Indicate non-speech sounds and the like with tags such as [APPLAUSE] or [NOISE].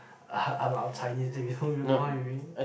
[NOISE] our our Chinese and we don't even know what it mean